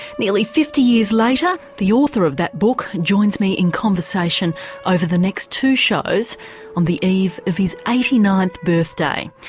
nearly fifty years later the author of that book joins me in conversation over the next two shows on the eve of his eighty ninth birthday.